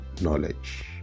knowledge